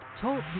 Talk